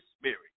Spirit